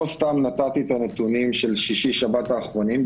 לא סתם נתתי את הנתונים של שישי-שבת האחרונים,